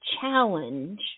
challenge